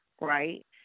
right